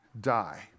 die